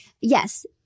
yes